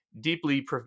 deeply